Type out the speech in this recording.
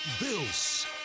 bills